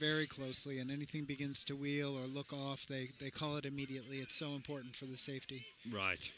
very closely and anything begins to wheel or look off they they call it immediately it's so important for the safety ri